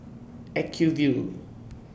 Acuvue